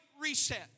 Reset